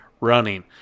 running